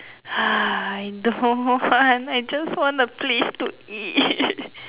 I don't want I just want a place to eat